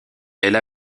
elle